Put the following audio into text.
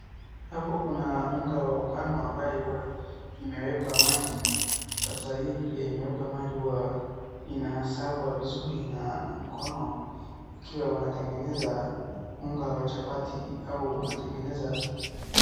Hapo kuna unga wa ngano ambaye huwa imwekwa maji. Sasa hii vile imewekwa maji hua inasagwa vizuri na mkono ikiwa unatengeneza unga wa chapati au unatengeneza.